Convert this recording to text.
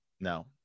No